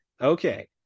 okay